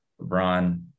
LeBron